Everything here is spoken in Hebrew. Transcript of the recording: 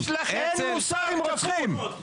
יש לכם מוסר כפול.